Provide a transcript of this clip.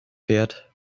fährt